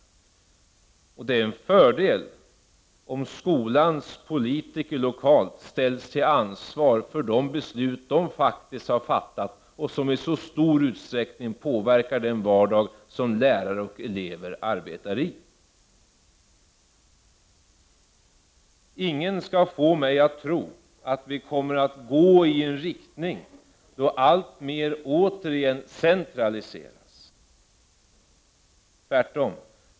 Det är en fördel om skolans politiker lokalt ställs till ansvar för de beslut som de faktiskt har fattat och som i så stor utsträckning påverkar den vardag som lärare och elever arbetar 1. Ingen skall få mig att tro att utvecklingen kommer att gå i en riktning mot att alltmer återigen centraliseras — tvärtom.